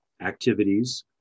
activities